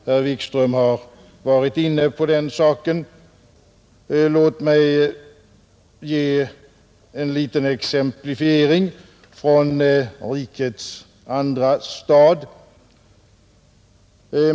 Herr Wikström har varit inne på den saken; låt mig ge en liten exemplifiering från rikets andra stad.